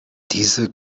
diese